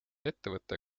ettevõte